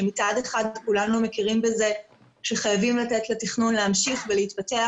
שמצד אחד כולנו מכירים בזה שחייבים לתת לתכנון להמשיך ולהתפתח,